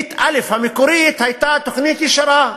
תוכנית א' המקורית הייתה תוכנית ישרה.